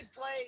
played